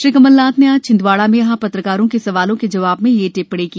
श्री कमलनाथ ने आज छिन्दवाड़ा में यहां पत्रकारों के सवालों के जवाब में यह टिप्पणी की